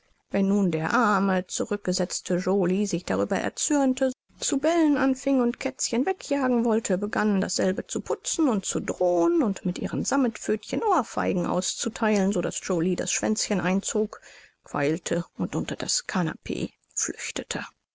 wenn nun der arme zurückgesetzte joly sich darüber erzürnte zu bellen anfing und kätzchen wegjagen wollte begann dasselbe zu pusten und zu drohen und mit ihren sammetpfötchen ohrfeigen auszutheilen so daß joly das schwänzchen einzog und queilte und unter das kanapee